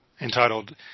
entitled